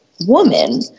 woman